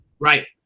Right